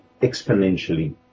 exponentially